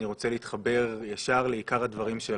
אני רוצה להתחבר ישר לעיקרי הדברים שלך.